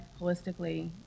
holistically